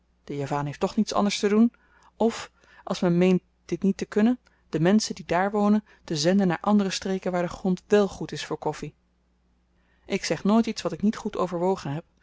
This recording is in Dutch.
veranderen de javaan heeft toch niets anders te doen f als men meent dit niet te kunnen de menschen die dààr wonen te zenden naar andere streken waar de grond wèl goed is voor koffi ik zeg nooit iets wat ik niet goed overwogen heb